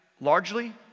largely